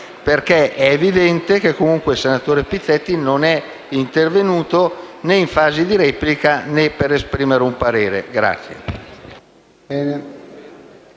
perché è evidente che comunque il sottosegretario Pizzetti non è intervenuto in fase di replica né per esprimere un parere.